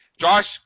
Josh